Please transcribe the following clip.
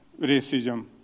racism